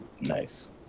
Nice